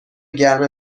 گرم